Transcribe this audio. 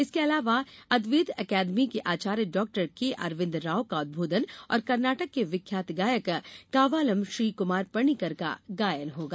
इसके अलावा अद्वेत अकादमी के आचार्य डाक्टर के अरविन्द राव का उद्बोधन और कर्नाटक के विख्यात गायक कावालम श्री कुमार पणिक्कर का गायन होगा